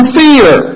fear